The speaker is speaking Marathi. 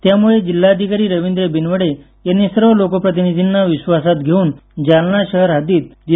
त्यामुळे जिल्हाधिकारी रवींद्र बिनवडे यांनी सर्व लोकप्रतिनिधींना विश्वासात घेऊन जालना शहरहद्दीत दि